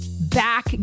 back